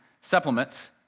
supplements